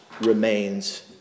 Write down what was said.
remains